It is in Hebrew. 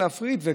ולהפריד את הנהג,